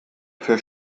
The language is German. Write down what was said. für